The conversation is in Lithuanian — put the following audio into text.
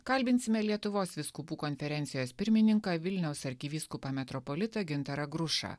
kalbinsime lietuvos vyskupų konferencijos pirmininką vilniaus arkivyskupą metropolitą gintarą grušą